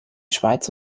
schweiz